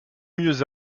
mieux